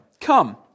Come